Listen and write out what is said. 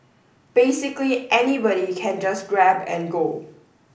basically anybody can just grab and go